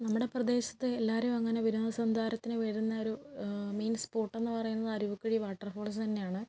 നമ്മുടെ പ്രദേശത്ത് എല്ലാവരും അങ്ങനെ വിനോദ സഞ്ചാരത്തിന് വരുന്ന ഒരു മെയിൻ സ്പോട്ട് എന്ന് പറയുന്നത് അരുവിക്കുഴി വാട്ടർഫോൾസ് തന്നെയാണ്